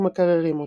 ומקררים אותו.